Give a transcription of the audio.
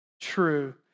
true